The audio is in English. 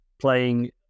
playing